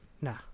No